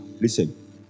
Listen